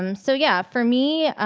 um so yeah, for me,